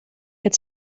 het